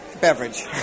beverage